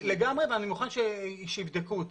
לגמרי, ואני מוכן שיבדקו אותי.